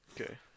Okay